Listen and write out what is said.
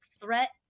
threat